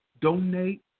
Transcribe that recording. donate